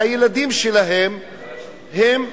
והילדים שלהם לא